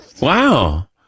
Wow